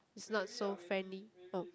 is not so friendly no